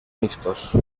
mixtos